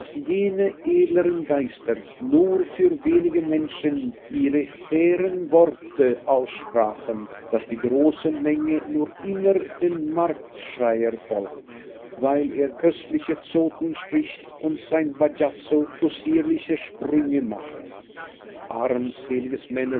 jene edleren geister nur für wenige menschen ihre hehren worte aussprachen daß die große menge nur immer dem marktschreier folgt weil er köstliche zoten spricht und sein bajazzo possierliche sprünge macht armseliges